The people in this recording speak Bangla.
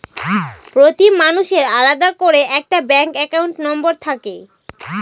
প্রতি মানুষের আলাদা করে একটা ব্যাঙ্ক একাউন্ট নম্বর থাকে